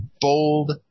bold